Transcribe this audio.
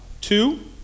Two